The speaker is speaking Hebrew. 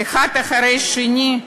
האחד אחרי השני,